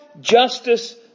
justice